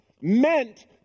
Meant